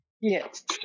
Yes